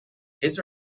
his